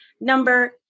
number